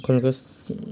কলগছ